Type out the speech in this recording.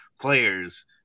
players